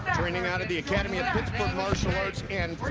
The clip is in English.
training out of the academy of pittsburgh martial arts. and